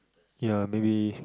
ya maybe